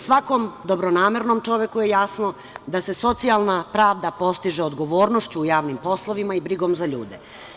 Svakom dobronamernom čoveku je jasno da se socijalna pravda postiže odgovornošću u javnim poslovima i brigom za ljude.